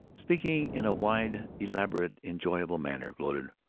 speaking in a wide, elaborate, enjoyable manner, gloated,